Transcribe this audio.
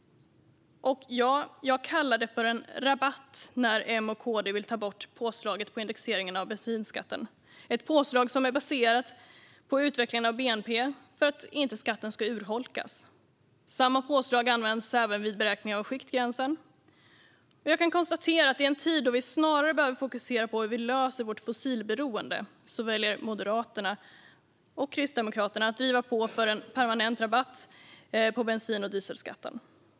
Ja, jag kallar det för en rabatt när M och KD vill ta bort påslaget på indexeringen av bensinskatten. Det är ett påslag som är baserat på utvecklingen av bnp för att inte skatten ska urholkas. Samma påslag används även vid beräkning av skiktgränsen. Jag kan konstatera att i en tid då vi snarare behöver fokusera på hur vi löser vårt fossilberoende väljer Moderaterna och Kristdemokraterna att driva på för en permanent rabatt på bensin och dieselskatten.